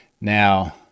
Now